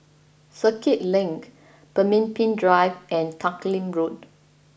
Circuit Link Pemimpin Drive and Teck Lim Road